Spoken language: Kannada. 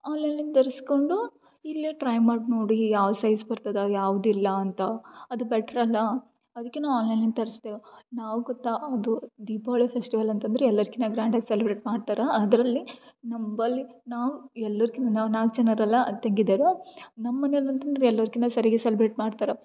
ಆನ್ಲೈನ್ಯಿಂದ ತರಿಸ್ಕೊಂಡು ಇಲ್ಲೇ ಟ್ರೈ ಮಾಡಿ ನೋಡಿ ಯಾವ ಸೈಜ್ ಬರ್ತದೆ ಯಾವ್ದು ಇಲ್ಲ ಅಂತ ಅದು ಬೆಟ್ರ್ ಅಲ್ಲ ಅದಕ್ಕೆ ನಾವು ಆನ್ಲೈನ್ಯಿಂದ ತರಿಸ್ತೇವೆ ನಾವು ಗೊತ್ತ ಅದು ದೀಪಾವಳಿ ಫೆಸ್ಟಿವಲ್ ಅಂತಂದರೆ ಎಲ್ಲರ್ಕಿನ್ನ ಗ್ರಾಂಡ್ ಆಗಿ ಸೆಲೆಬ್ರೇಟ್ ಮಾಡ್ತಾರಾ ಅದರಲ್ಲಿ ನಂಬಳಿ ನಾವು ಎಲ್ಲರ್ಕಿನ್ನ ನಾವು ನಾಲ್ಕು ಜನರೆಲ್ಲ ತಂಗಿದೀರು ನಮ್ಮ ಮನೆಯಲ್ಲಿ ಅಂತಂದ್ರೆ ಎಲ್ಲರ್ಕಿನ್ನ ಸರ್ಯಾಗೆ ಸೆಲೆಬ್ರೇಟ್ ಮಾಡ್ತಾರೆ